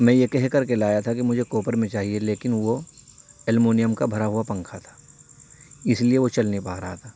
میں یہ کہہ کر کے لایا تھا کہ مجھے کوپر میں چاہیے لیکن وہ المونیم کا بھرا ہوا پنکھا تھا اس لیے وہ چل نہیں پا رہا تھا